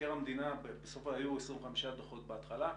היו 25 דוחות בהתחלה.